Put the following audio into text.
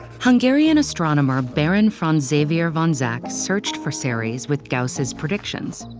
hungarian astronomer baron franz xaver von zach searched for ceres with gauss's predictions.